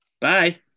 Bye